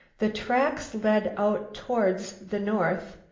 the tracks led out towards the north,